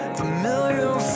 familiar